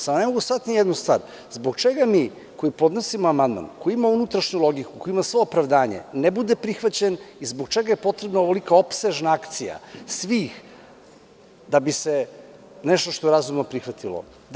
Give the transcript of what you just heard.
Samo ne mogu da shvatim jednu stvar, zbog čega mi koji podnosimo amandman koji ima unutrašnju logiku koji ima svo opravdanje ne bude prihvaćen i zbog čega je potrebna ovolika opsežna akcija svih da bi se nešto što je razumno prihvatilo.